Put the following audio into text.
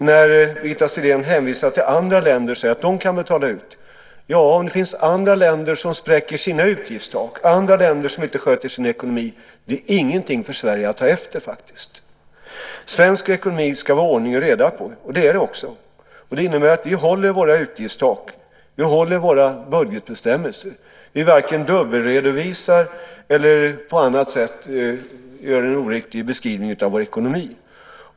När Birgitta Sellén hänvisar till andra länder och säger att de kan betala ut vill jag säga: Ja, det finns andra länder som spräcker sina utgiftstak, länder som inte sköter sin ekonomi, men det är ingenting för Sverige att ta efter. Det ska vara ordning och reda i svensk ekonomi, och så är det också. Det innebär att vi håller våra utgiftstak, vi håller våra budgetbestämmelser och vi varken dubbelredovisar eller på annat sätt ger en oriktig beskrivning av vår ekonomi.